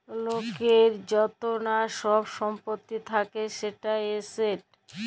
লকের য্তলা ছব ছম্পত্তি থ্যাকে সেট এসেট